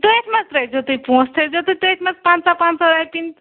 تٔتھۍ منٛز ترٛٲے زیو تُہۍ پۄنسہٕ تھٲے زیو تٔتھۍ منٛز پنٛژاہ پنٛژاہ رۄپیِنۍ تہٕ